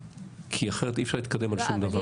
כי אחרת אי אפשר להתקדם על שום דבר.